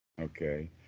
Okay